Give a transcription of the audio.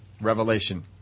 revelation